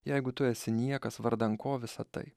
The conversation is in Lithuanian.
jeigu tu esi niekas vardan ko visa tai